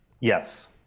Yes